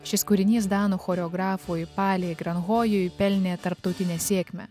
šis kūrinys danų choreografui palei grahojui pelnė tarptautinę sėkmę